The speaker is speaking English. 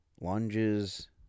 lunges